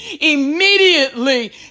immediately